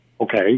okay